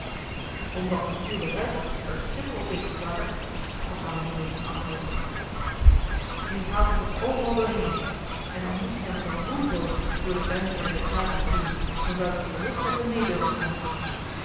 omdat michiel de ruijter er schipper op is rakker gaf lange meeuwis ten antwoord die haalt het er joh h been paddeltje de scheepsjongen van michiel de ruijter overal doorheen en al moest hij met een roeibootje door de duinkerker kapers heen dan zou ik gerust met hem mee durven gaan